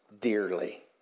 dearly